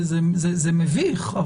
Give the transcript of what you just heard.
זה מביך,